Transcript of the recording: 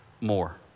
more